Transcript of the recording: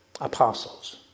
Apostles